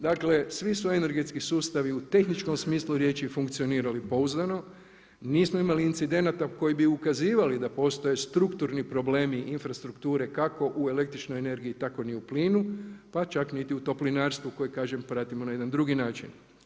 Dakle, svi su energetski sustavi u tehničkom smislu riječi funkcionirali pouzdano, nismo imali incidenata koji bi ukazivali da postoje strukturni problemi infrastrukture kako u električnoj energiji tako ni u plinu, pa čak ni u toplinarstvu koji kažem, pratimo na jedan drugi način.